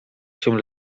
się